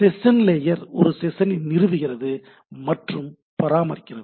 session layer ஒரு செஷனை நிறுவுகிறது மற்றும் பராமரிக்கிறது